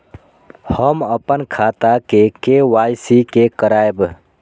हम अपन खाता के के.वाई.सी के करायब?